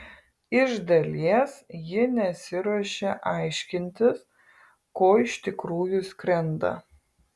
iš dalies ji nesiruošia aiškintis ko iš tikrųjų skrenda